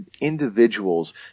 individuals